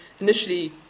initially